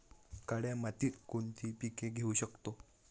काळ्या मातीत कोणती पिके घेऊ शकतो?